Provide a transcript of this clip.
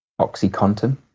OxyContin